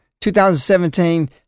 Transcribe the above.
2017